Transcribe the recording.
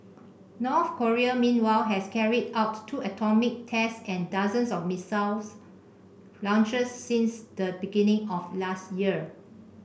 North Korea meanwhile has carried out two atomic tests and dozens of missile launches since the beginning of last year